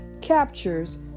captures